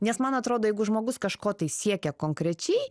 nes man atrodo jeigu žmogus kažko tai siekia konkrečiai